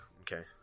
Okay